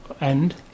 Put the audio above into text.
end